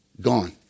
gone